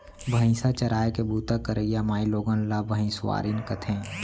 भईंसा चराय के बूता करइया माइलोगन ला भइंसवारिन कथें